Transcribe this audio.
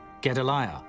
Gedaliah